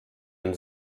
den